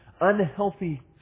unhealthy